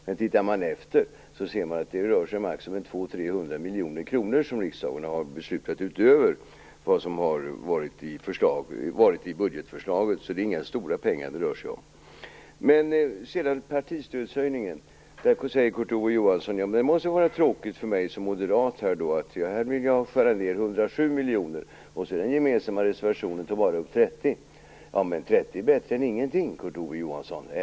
Men tittar man efter, ser man att det rör sig om maximum 200-300 miljoner kronor som riksdagen har beslutat om utöver vad som föreslagits i budgetförslaget, så det är inga stora pengar det rör sig om. Sedan säger Kurt Ove Johansson om partistödshöjningen att detta måste vara tråkigt för mig som moderat. Jag vill skära ned 107 miljoner kronor, och i den gemensamma reservationen tar man bara upp 30 miljoner kronor. Men 30 miljoner kronor är bättre än ingenting, Kurt Ove Johansson!